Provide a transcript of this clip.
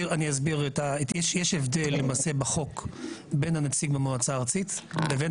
יש הבדל למעשה בחוק בין הנציג במועצה הארצית לבין